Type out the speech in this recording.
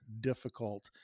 difficult